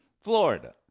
Florida